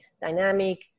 dynamic